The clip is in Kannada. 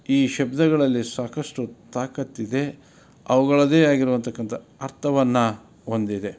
ಈ ಶಬ್ದಗಳಲ್ಲಿ ಸಾಕಷ್ಟು ತಾಕತ್ತು ಇದೆ ಅವುಗಳದ್ದೇ ಆಗಿರೋವಂತಕ್ಕಂಥ ಅರ್ಥವನ್ನು ಹೊಂದಿದೆ